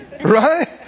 Right